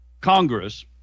Congress